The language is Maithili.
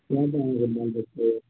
नहि नहि अहाँके बाल बच्चे यऽ